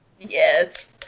Yes